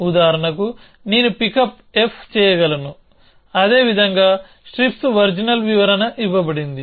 ఉదాహరణకు నేను pick up f చేయగలను అదే విధంగా స్ట్రిప్స్ ఒరిజినల్ వివరణ ఇవ్వబడింది